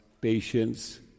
patience